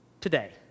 today